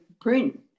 print